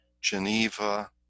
Geneva